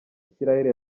isiraheli